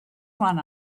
one